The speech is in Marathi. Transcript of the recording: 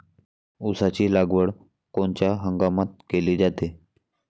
ऊसाची लागवड कोनच्या हंगामात केली जाते?